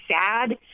sad